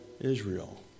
Israel